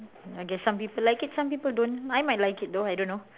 okay some people like it some people don't I might like it though I don't know